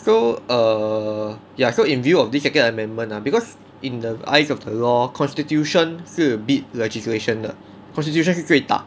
so err ya so in view of this second amendment because in the eyes of the law constitution 是 beat legislation 的 constitution 是最大